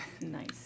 Nice